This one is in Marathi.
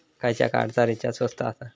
खयच्या कार्डचा रिचार्ज स्वस्त आसा?